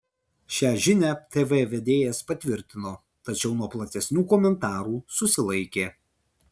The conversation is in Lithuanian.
šią žinią tv vedėjas patvirtino tačiau nuo platesnių komentarų susilaikė